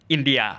India